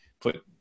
put